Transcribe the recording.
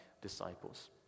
disciples